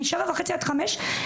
מ-07:30 עד 17:00?